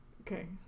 Okay